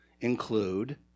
include